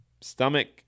stomach